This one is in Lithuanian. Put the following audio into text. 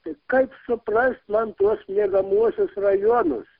tai kaip suprast man tuos miegamuosius rajonus